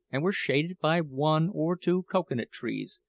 and were shaded by one or two cocoa-nut trees,